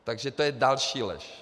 Takže to je další lež.